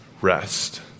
Rest